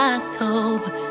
October